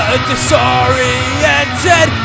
disoriented